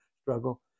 struggle